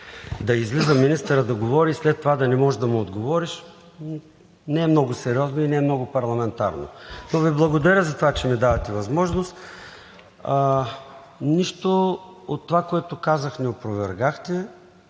Да излиза министърът да говори и след това да не можеш да му отговориш – не е много сериозно и не е много парламентарно. Но Ви благодаря за това, че ми давате възможност. Нищо от това, което казах, не опровергахте